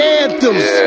anthems